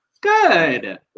Good